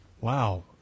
Wow